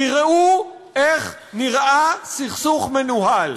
תראו איך נראה סכסוך מנוהל.